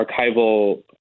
archival